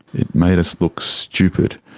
it made us look stupid.